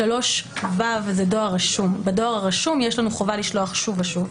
3ו זה דואר רשום בדואר הרשום יש לנו חובה לשלוח שוב ושוב.